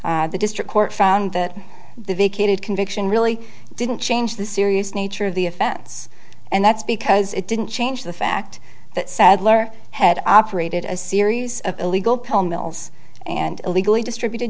the district court found that the vacated conviction really didn't change the serious nature of the offense and that's because it didn't change the fact that sadler had operated a series of illegal pill mills and illegally distributed